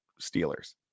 Steelers